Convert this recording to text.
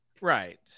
Right